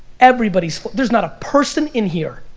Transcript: everybody's, there's not a person in here,